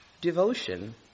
devotion